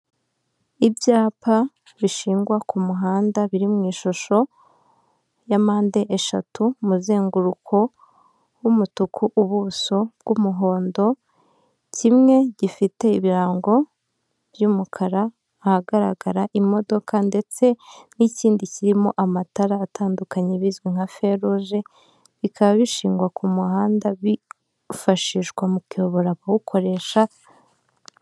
Ibyapa bishingwa ku muhanda biri mu ishusho ya mpande eshatu, umuzenguruko w'umutuku, ubuso bw'umuhondo, kimwe gifite ibirango by'umukara, ahagaragara imodoka ndetse n'ikindi kirimo amatara atandukanye bizwi nka feruje, bikaba bishingwa ku muhanda bifashishwa mu kuyobora abawukoresha.